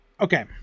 okay